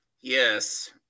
Yes